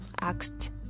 asked